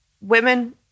women